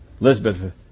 Elizabeth